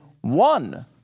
one